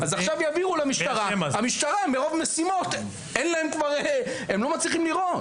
אז עכשיו יעבירו למשטרה והמשטרה מרוב משימות הם כבר לא מצליחים לראות.